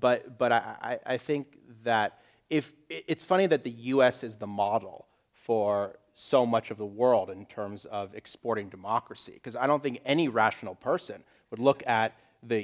but but i i think that if it's funny that the u s is the model for so much of the world in terms of exporting democracy because i don't think any rational person would look at the